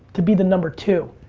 to be the number two.